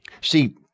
See